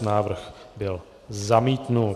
Návrh byl zamítnut.